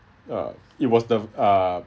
uh it was the uh